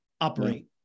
operate